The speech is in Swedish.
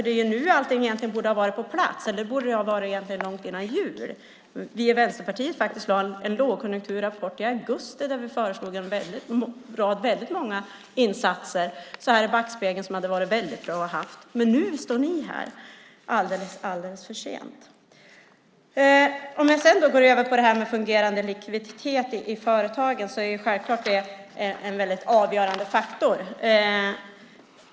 Det är nu allting borde ha varit på plats. Det borde det egentligen ha varit långt före jul. Vi i Vänsterpartiet lade fram en lågkonjunkturrapport i augusti där vi föreslog väldigt många insatser som så här i backspegeln hade varit bra att ha. Men nu står ni här, och det är alldeles för sent. Jag går över till frågan om fungerande likviditet i företagen. Det är självklart en avgörande faktor.